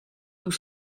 tout